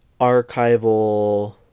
archival